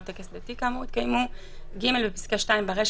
טקס דתי כאמור יתקיימו"; בפסקה (2) ברישא,